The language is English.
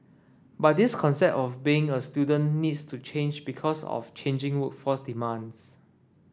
but this concept of being a student needs to change because of changing workforce demands